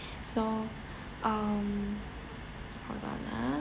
so um hold on ah